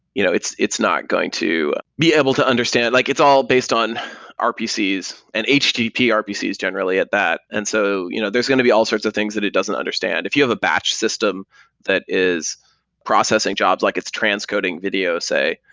you know it's it's not going to be able to understand like it's all based on rpcs and http rpcs generally at that. and so you know there's going to be all sorts of things that it doesn't understand. if you have a batch system that is processing jobs, like it's transcoding video say,